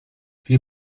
wir